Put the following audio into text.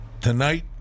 tonight